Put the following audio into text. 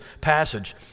passage